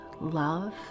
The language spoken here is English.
love